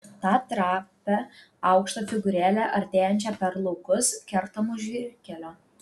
tą trapią aukštą figūrėlę artėjančią per laukus kertamus žvyrkelio